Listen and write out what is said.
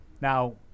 Now